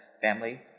family